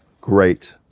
Great